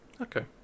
Okay